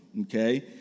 okay